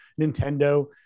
Nintendo